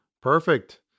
Perfect